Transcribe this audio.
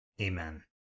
Amen